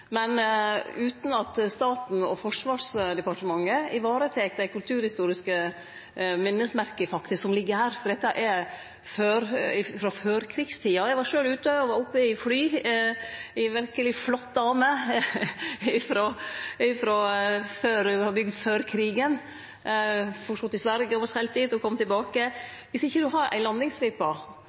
men at staten og Forsvarsdepartementet varetek dei kulturhistoriske minnesmerka, faktisk, som ligg her, for dette er frå førkrigstida. Eg var sjølv oppe i eit fly – ei verkeleg flott dame! Det vart bygt før krigen, selt til Sverige og kom tilbake. Dersom ein ikkje har ei landingsstripe, kan ein ikkje ta av med desse flya. Venstre seier at det har ingen kulturhistorisk verdi å ha ei